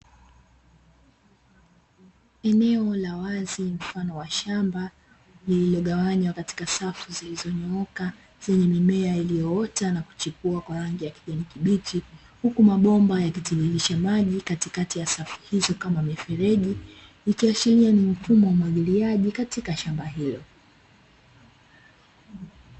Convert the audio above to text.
Eneo la wazi mfano wa shamba lililogawanywa katika safu zilizonyooka, zenye mimea iliyoota na kuchipua kwa rangi ya kijani kibichi, huku mabomba yakitiririsha maji katikati ya safu hizo kama mifereji, ikiashiria ni mfumo wa umwagiliaji katika shamba hilo.